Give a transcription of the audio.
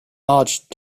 marge